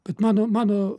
bet mano mano